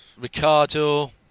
Ricardo